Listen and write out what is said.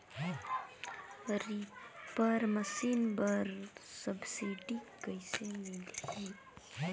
Reaper machine बर subsidy कइसे मिलही?